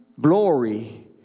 glory